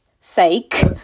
sake